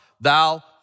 thou